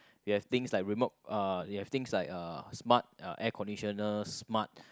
you have things like remote uh you have things like uh smart uh air conditioner smart